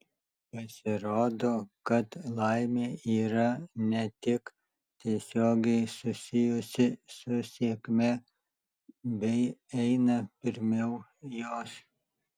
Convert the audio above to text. pasirodo kad laimė yra ne tik tiesiogiai susijusi su sėkme bei eina pirmiau jos